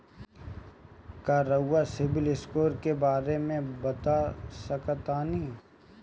का रउआ CIBIL score के बारे में बता सकतानी?